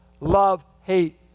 love-hate